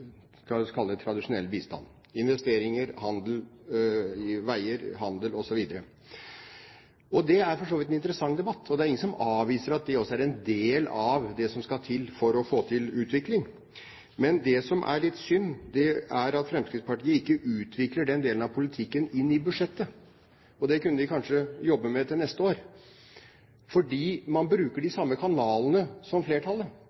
tradisjonell bistand: investeringer, handel, veier osv. Det er for så vidt en interessant debatt, og det er ingen som avviser at det også er en del av det som skal til for å få til utvikling. Men det som er litt synd, er at Fremskrittspartiet ikke utvikler den delen av politikken inn i budsjettet. Det kunne de kanskje jobbe med til neste år. For man bruker de samme kanalene som flertallet,